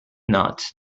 not